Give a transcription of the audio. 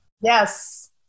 Yes